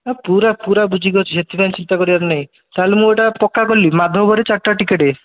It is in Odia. ନା ପୁରା ପୁରା ବୁଝିକି ଅଛି ସେଥିପାଇଁ ଚିନ୍ତା କରିବାର ନାହିଁ ତାହେଲେ ମୁଁ ଏଟା ପକ୍କା କଲି ମାଧବରେ ଚାରିଟା ଟିକେଟ୍